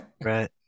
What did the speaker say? Right